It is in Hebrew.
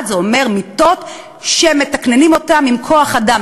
זה אומר מיטות שמתקננים אותן עם כוח-אדם,